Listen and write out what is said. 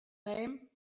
name